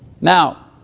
Now